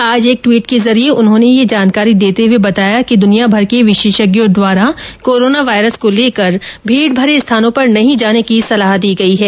आज एक ट्वीट के जरिये उन्होंने ये जानकारी देते हुए बताया कि दुनियाभर के विशेषज्ञों ने कोरोना वायरस को लेकर भीड भरे स्थानों पर नहीं जाने की सलाह दी है